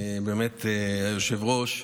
באמת, היושב-ראש,